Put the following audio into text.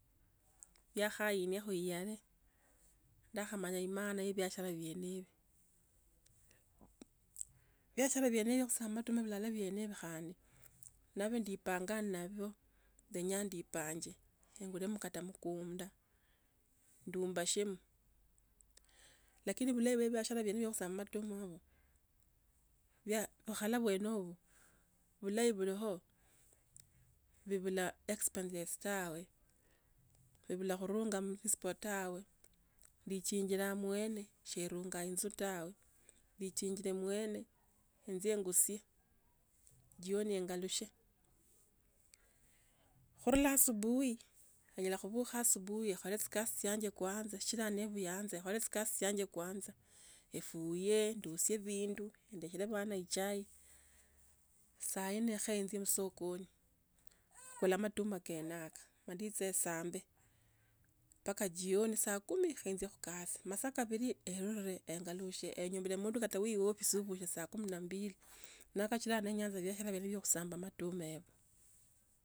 Biakhainiakha yale ndakhamayaya maana ye biashara bieni ibio biashara biene bio khusamba amatuma biene inio khanda nandi ndiipanga nabio engulamo kata omukunda nduombashamo lakini bijahii bwo ebiashara buno ni bubula expensestawe. Ndiichinjira omwene, sirunga inzo tawe ndiechinjira omwene enjia enyusie jioni engalushe khurura asubuhi enyala khubukha ekhule tsikasi chianja kwanza eruye ndusie ebindu adeshere abana echai saa nne khenjie khusokoni khukula omatuma kene aka ia nditse esambe mpaka jioni saa kumi kha njie khukasi amasaa kabili engalushi eyombili kata amunde wa ofisi obushiro kata saa kumi na mbili. Nio sichira ndayanza biashara bio khusamba omatuma.